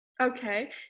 Okay